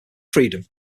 freedom